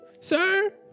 Sir